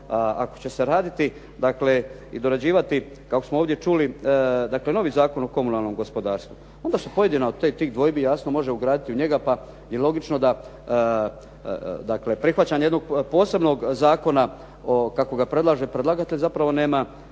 ako će se raditi i dorađivati kako smo ovdje čuli dakle novi Zakon o komunalnom gospodarstvu onda su pojedina od tih dvojbi jasno može ugraditi u njega pa je logično da prihvaćanje jednog posebnog zakona, kako ga predlaže predlagatelj, zapravo nema